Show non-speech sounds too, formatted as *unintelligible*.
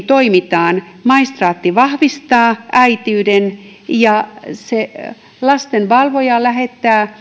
*unintelligible* toimitaan maistraatti vahvistaa äitiyden ja se lastenvalvoja lähettää asiakirjat